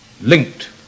Linked